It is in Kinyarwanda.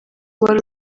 wari